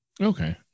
Okay